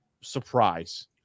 surprise